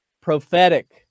Prophetic